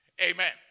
Amen